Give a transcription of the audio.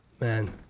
Man